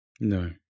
No